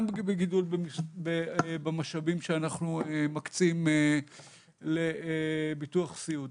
גידול במשאבים שאנחנו מקצים לביטוח סיעוד.